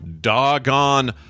doggone